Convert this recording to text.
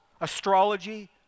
astrology